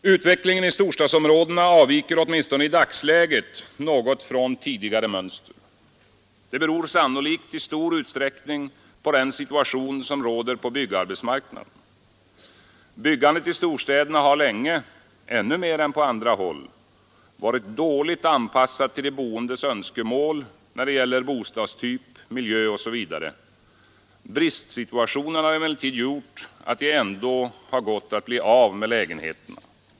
Utvecklingen i storstadsområdena avviker åtminstone i dagsläget något från tidigare mönster. Det beror sannolikt i stor utsträckning på den situation som råder på byggarbetsmarknaden. Byggandet i storstäderna har länge — ännu mer än på andra håll — varit dåligt anpassat till de boendes önskemål när det gäller bostadstyp, miljö osv. Bristsituationen har emellertid gjort att det ändå har gått att bli av med lägenheterna.